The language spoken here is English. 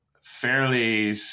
fairly